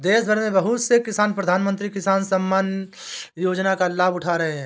देशभर में बहुत से किसान प्रधानमंत्री किसान सम्मान योजना का लाभ उठा रहे हैं